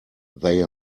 they